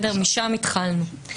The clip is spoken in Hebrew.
משם התחלנו.